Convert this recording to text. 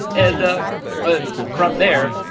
and ah but from there,